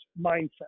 mindset